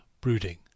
brooding